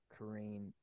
Kareem